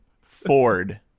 Ford